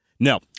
No